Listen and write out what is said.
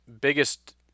biggest